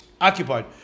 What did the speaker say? occupied